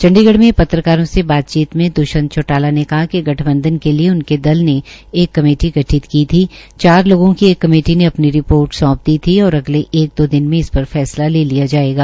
चंडीगढ़ में पत्रकारों से बाचतचीत मे दष्यंत चौटाला ने कहा कि गठबंधन के लिये उनके दल ने एक कमेटी गठित की थी चार लोगों की कमेटी ने अपनी रिपोर्ट सौंप दी थी और अगले एक दो दिन मे इस पर फैसला ले लिया जायेगा